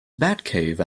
batcave